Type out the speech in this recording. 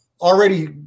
already